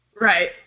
right